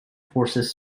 forces